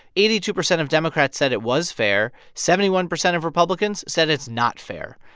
eighty two percent of democrats said it was fair, seventy one percent of republicans said it's not fair.